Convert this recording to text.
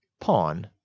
pawn